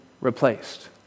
replaced